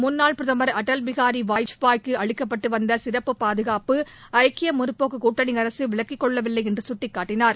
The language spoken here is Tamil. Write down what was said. முன்னாள் பிரதமர் அடவ்பிகாரி வாஜ்பாய்க்கு அளிக்கப்பட்டு வந்த சிறப்பு பாதுகாப்பை ஐக்கிய முற்போக்குக் கூட்டணி அரசு விலக்கிக் கொள்ளவில்லை என்று சுட்டிக்காட்டினார்